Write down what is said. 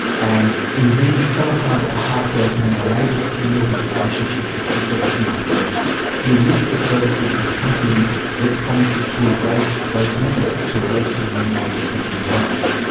and in being so heartbroken and unable to deal with a relationship that just doesn't seem to work he enlists the services of a company that promises to erase those memories, to erase the memory of this woman he loves,